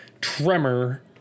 tremor